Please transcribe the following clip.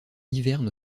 hiverne